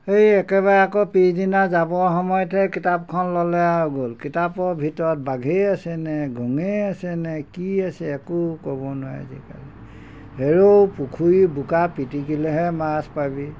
সেই একেবাৰে আকৌ পিছদিনা যাবৰ সময়তে কিতাপখন ল'লে আৰু গ'ল কিতাপৰ ভিতৰত বাঘেই আছে নে ঘুণেই আছে নে কি আছে একো ক'ব নোৱাৰে আজিকালি হেৰৌ পুখুৰী বোকা পিটিকিলেহে মাছ পাবি